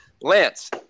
Lance